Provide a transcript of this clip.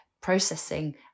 processing